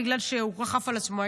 בגלל שהוא כל כך עף על עצמו,